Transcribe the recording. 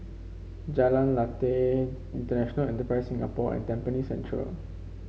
Jalan Lateh International Enterprise Singapore and Tampines Central